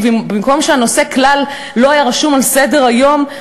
ובמקום שהנושא כלל לא היה צריך להיות רשום על סדר-היום,